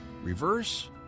Reverse